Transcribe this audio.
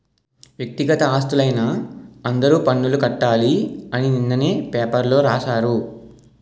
వ్యక్తిగత ఆస్తులైన అందరూ పన్నులు కట్టాలి అని నిన్ననే పేపర్లో రాశారు